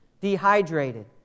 dehydrated